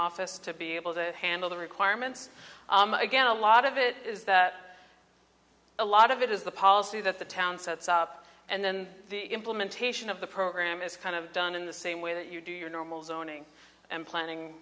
office to be able to handle the requirements again a lot of it is that a lot of it is the policy that the town sets up and then the implementation of the program is kind of done in the same way that you do your normal zoning and planning